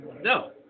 No